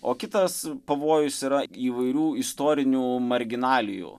o kitas pavojus yra įvairių istorinių marginalijų